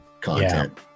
content